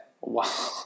Wow